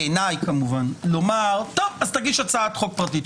בעיניי כמובן לומר שאגיש הצעת חוק פרטית.